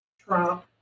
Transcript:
Trump